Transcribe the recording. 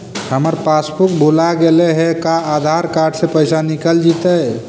हमर पासबुक भुला गेले हे का आधार कार्ड से पैसा निकल जितै?